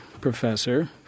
professor